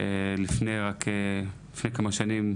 שלפני רק כמה שנים,